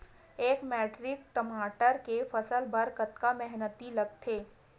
एक मैट्रिक टमाटर के फसल बर कतका मेहनती लगथे?